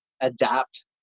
adapt